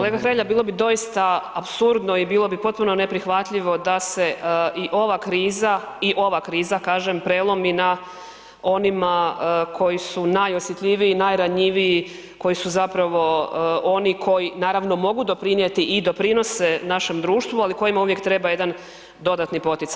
Kolega Hrelja bilo bi doista apsurdno i bilo bi potpuno neprihvatljivo da se i ova kriza i ova kriza kažem prelomi na onima koji su najosjetljiviji, najranjiviji, koji su zapravo oni koji naravno mogu doprinijeti i doprinose našem društvu, ako kojima uvijek treba jedan dodatno poticaj.